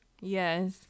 Yes